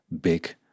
big